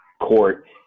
court